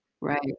right